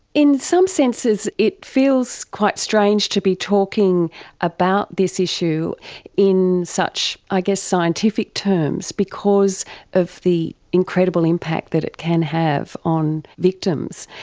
in some senses it feels quite strange to be talking about this issue in such i guess scientific terms because of the incredible impact that it can have on victims.